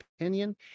opinion